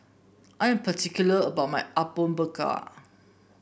I'm particular about my Apom Berkuah